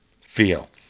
feel